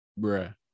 bruh